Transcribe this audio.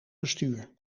bestuur